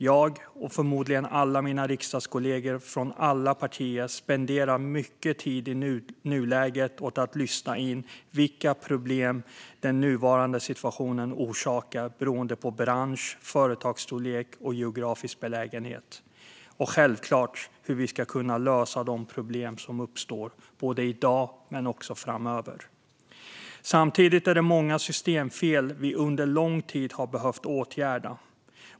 Jag, och förmodligen alla mina riksdagskollegor från alla partier, spenderar i nuläget mycket tid åt att lyssna in vilka problem den nuvarande situationen orsakar beroende på bransch, företagsstorlek och geografisk belägenhet. Självklart handlar det också om hur vi ska kunna lösa de problem som uppstår både i dag och framöver. Samtidigt finns det många systemfel som vi under lång tid har behövt åtgärda.